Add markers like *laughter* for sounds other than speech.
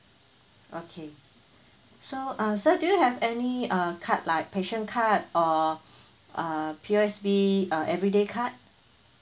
okay so uh sir do you have any uh card like patient card or *breath* uh P_O_S_B ah everyday card